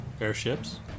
Airships